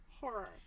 Horror